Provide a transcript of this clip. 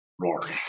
Rory